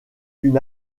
une